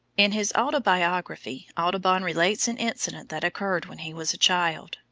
in his autobiography audubon relates an incident that occurred when he was a child,